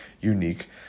unique